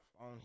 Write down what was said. on